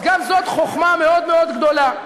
אז גם זאת חוכמה מאוד מאוד גדולה.